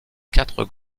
quatre